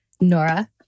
Nora